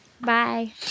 Bye